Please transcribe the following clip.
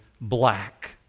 black